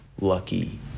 lucky